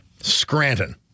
Scranton